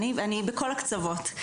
אני בכל הקצוות.